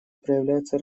проявляется